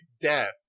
death